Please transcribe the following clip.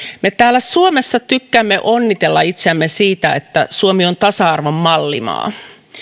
me täällä suomessa tykkäämme onnitella itseämme siitä että suomi on tasa arvon mallimaa